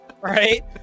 Right